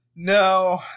No